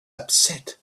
upset